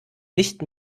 nicht